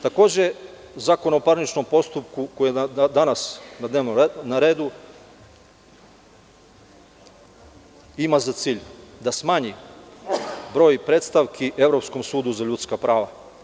Takođe, Zakon o parničnom postupku, koji je danas o dnevnom redu, ima za cilj da smanji broj predstavki Evropskom sudu za ljudska prava.